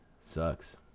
sucks